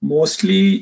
Mostly